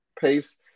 pace